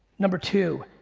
number two,